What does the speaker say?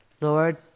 Lord